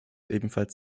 ebenfalls